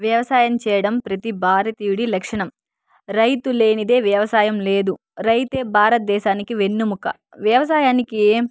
వ్యవసాయం చేయడం ప్రతి భారతీయుడు లక్షణం రైతు లేనిదే వ్యవసాయం లేదు రైతే భారతదేశానికి వెన్నుముక వ్యవసాయానికి